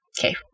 okay